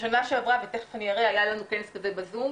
בשנה שעברה היה לנו כנס כזה בזום,